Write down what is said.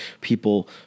people